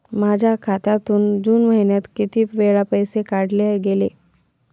माझ्या खात्यातून जून महिन्यात किती वेळा पैसे काढले गेले?